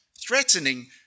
threatening